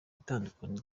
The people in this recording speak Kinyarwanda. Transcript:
itandukaniro